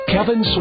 Kevin